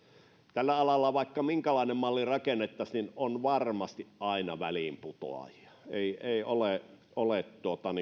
tällä alalla vaikka minkälainen malli rakennettaisiin on varmasti aina väliinputoajia ei ole ole